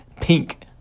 pink